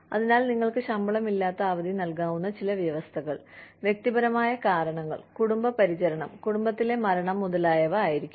അതിനാൽ നിങ്ങൾക്ക് ശമ്പളമില്ലാത്ത അവധി നൽകാവുന്ന ചില വ്യവസ്ഥകൾ വ്യക്തിപരമായ കാരണങ്ങൾ കുടുംബ പരിചരണം കുടുംബത്തിലെ മരണം മുതലായവ ആയിരിക്കും